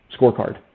scorecard